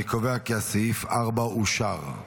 אני קובע כי סעיף 4 אושר.